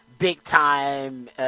big-time